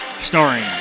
Starring